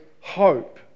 hope